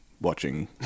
watching